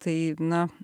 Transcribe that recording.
tai na